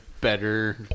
better